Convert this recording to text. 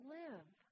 live